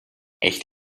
echt